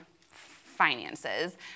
finances